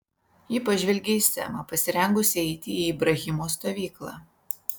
ji pažvelgė į semą pasirengusį eiti į ibrahimo stovyklą